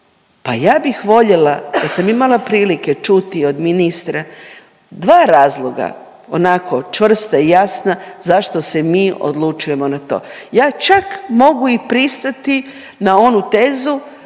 pa ja bih voljela da sam imala prilike čuti od ministra 2 razloga, onako čvrsta i jasna, zašto se mi odlučujemo na to. Ja čak mogu i pristati na onu tezu,